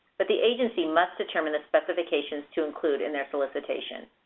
but the agency must determine the specifications to include in their solicitation.